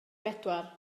bedwar